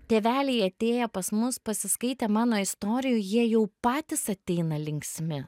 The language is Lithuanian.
tėveliai atėję pas mus pasiskaitę mano istorijų jie jau patys ateina linksmi